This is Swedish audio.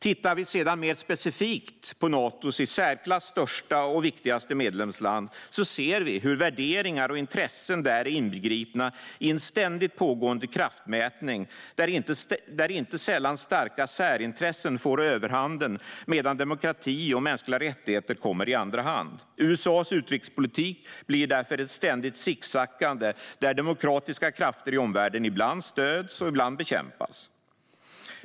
Tittar vi sedan mer specifikt på Natos i särklass största och viktigaste medlemsland ser vi hur värderingar och intressen där är inbegripna i en ständigt pågående kraftmätning, där starka särintressen inte sällan får överhanden medan demokrati och mänskliga rättigheter kommer i andra hand. USA:s utrikespolitik blir därför ett ständigt sicksackande, där demokratiska krafter i omvärlden ibland stöds och ibland bekämpas.